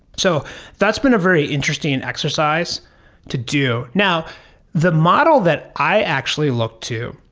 so that's been a very interesting and exercise to do. now the model that i actually look to,